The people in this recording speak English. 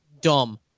dumb